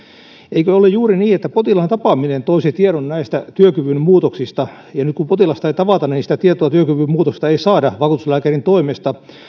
eikö ole juuri niin että potilaan tapaaminen toisi tiedon näistä työkyvyn muutoksista ja nyt kun potilasta ei tavata ei sitä tietoa työkyvyn muutoksesta saada vakuutuslääkärin toimesta